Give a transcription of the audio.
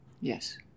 Yes